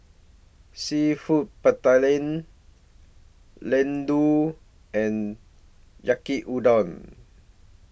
Seafood Ladoo and Yaki Udon